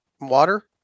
water